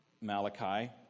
Malachi